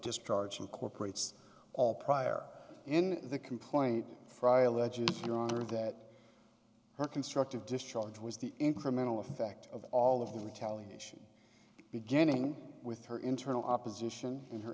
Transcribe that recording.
discharge incorporates all prior in the complaint fry alleges your honor that her constructive discharge was the incremental effect of all of the retaliation beginning with her internal opposition in her